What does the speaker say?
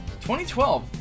2012